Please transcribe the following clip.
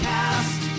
Cast